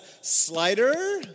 Slider